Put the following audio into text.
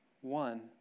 One